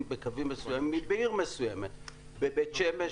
בקווים מסוימים בעיר מסוימת בבית שמש,